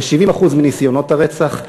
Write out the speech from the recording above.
ו-70% מניסיונות הרצח.